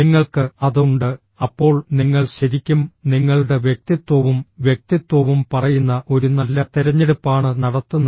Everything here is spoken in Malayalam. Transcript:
നിങ്ങൾക്ക് അത് ഉണ്ട് അപ്പോൾ നിങ്ങൾ ശരിക്കും നിങ്ങളുടെ വ്യക്തിത്വവും വ്യക്തിത്വവും പറയുന്ന ഒരു നല്ല തിരഞ്ഞെടുപ്പാണ് നടത്തുന്നത്